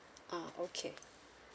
ah okay